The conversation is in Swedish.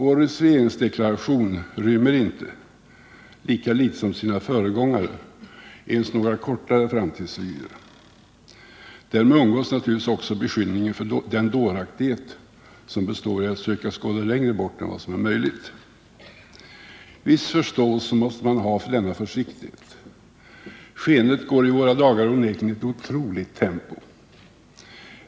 Årets regeringsdeklaration rymmer inte — lika litet som sina föregångare — ens några kortare framtidsvyer. Därmed undgås naturligtvis också beskyllningen för den dåraktighet som består i att söka skåda längre bort än vad som är möjligt. En viss förståelse måste man ha för denna försiktighet. Skeendet går i våra dagar onekligen i ett otroligt tempo.